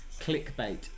clickbait